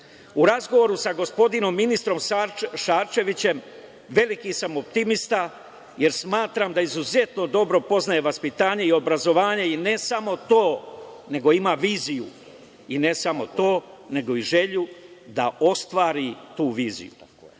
razgovoru sa gospodinom ministrom Šarčevićem veliki sam optimista jer smatram da izuzetno dobro poznaje vaspitanje i obrazovanje i ne samo to, nego ima viziju, ne samo to, nego i želju da ostvari tu viziju.U